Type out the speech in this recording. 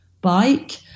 bike